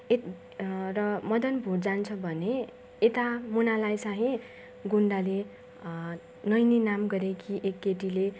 यत् र मदन भोट जान्छ भने यता मुनालाई चाहिँ गुन्डाले नैनी नाम गरेकी एक केटीले